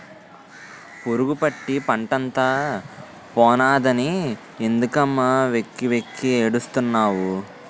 పురుగుపట్టి పంటంతా పోనాదని ఎందుకమ్మ వెక్కి వెక్కి ఏడుస్తున్నావ్